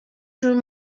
through